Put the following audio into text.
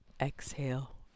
Exhale